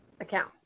account